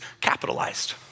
capitalized